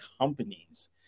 companies